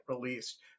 released